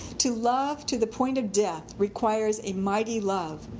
to love to the point of death requires a mighty love.